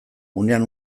unean